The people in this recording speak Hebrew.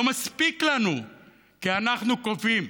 לא מספיק לנו "כי אנחנו קובעים".